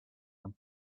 him